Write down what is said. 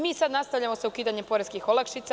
Mi sada nastavljamo sa ukidanjem poreskih olakšica.